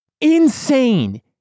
Insane